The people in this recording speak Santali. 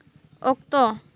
ᱚᱠᱛᱚ